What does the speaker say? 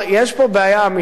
יש פה בעיה אמיתית,